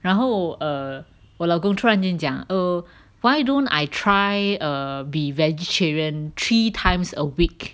然后 err 我老公突然间讲 oh why don't I try err be vegetarian three times a week